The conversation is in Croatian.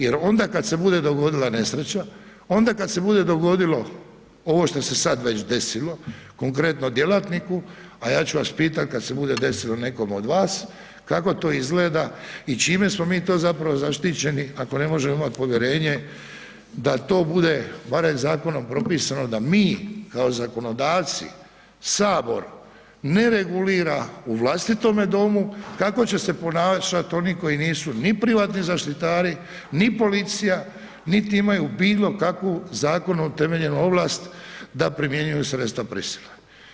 Jer onda kad se bude dogodila nesreća, onda kad se bude dogodilo ovo što se sad već desilo, konkretno djelatniku, a ja ću vas pitati kad se bude desilo nekom od vas, kako to izgleda i čime smo mi to zapravo zaštićeni ako ne možemo imati povjerenje da to bude barem zakonom propisano da mi kao zakonodavci, sabor ne regulira u vlastitome domu, kako će se ponašat oni koji nisu ni privatni zaštitari, ni policija, niti imaju bilo kakvu zakonom utemeljenu ovlast da primjenjuju sredstva prisile.